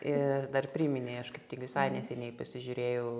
ir dar priminei aš visai neseniai pasižiūrėjau